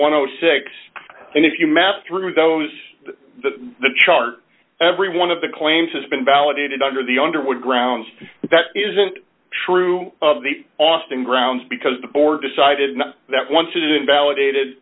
and six and if you map through those the chart every one of the claims has been validated under the underwood grounds that isn't true of the austin grounds because the board decided that once it invalidated